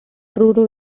truro